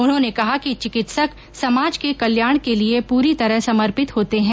उन्होंने कहा कि चिकित्सक समाज के कल्याण के लिए पूरी तरह समर्पित होते हैं